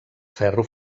ferro